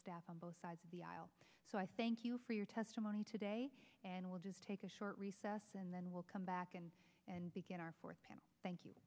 staff on both sides of the aisle so i thank you for your testimony today and we'll just take a short recess and then we'll come back and and begin our fourth panel thank you